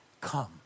Come